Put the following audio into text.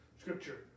scripture